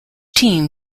team